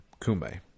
Kume